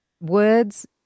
words